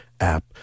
app